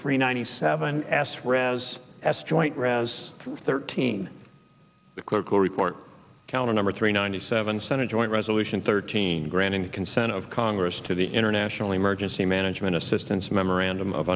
three ninety seven asked raz as joint razz thirteen the clerk will report county number three ninety seven senate joint resolution thirteen granting consent of congress to the international emergency management assistance memorandum of